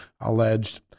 alleged